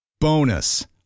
Bonus